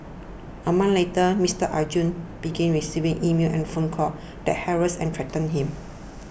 a month later Mister Arjun began receiving emails and phone calls that harassed and threatened him